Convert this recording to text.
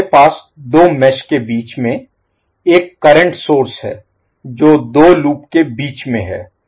हमारे पास दो मेष के बीच में एक करंट सोर्स स्रोत Source है जो 2 दो लूप के बीच में है